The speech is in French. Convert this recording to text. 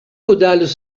caudales